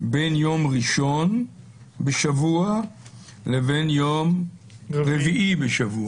בין יום ראשון בשבוע לבין יום רביעי בשבוע?